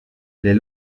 les